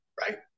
right